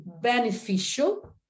beneficial